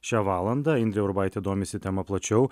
šią valandą indrė urbaitė domisi tema plačiau